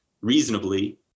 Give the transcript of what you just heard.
reasonably